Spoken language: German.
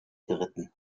geritten